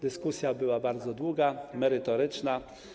Dyskusja była bardzo długa, merytoryczna.